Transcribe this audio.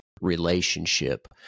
relationship